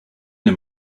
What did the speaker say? him